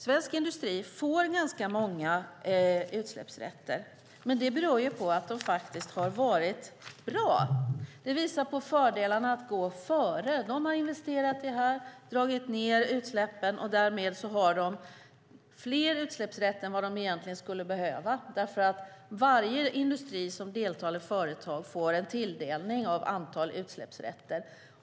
Svensk industri får ganska många utsläppsrätter, men det beror på att företagen faktiskt har varit bra. Det visar på fördelarna att gå före. De har investerat i det här och dragit ned på utsläppen, och därmed har de fler utsläppsrätter än vad de egentligen skulle behöva, för varje industri eller företag som deltar tilldelas ett antal utsläppsrätter.